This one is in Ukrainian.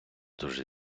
дуже